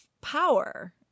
power